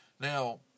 Now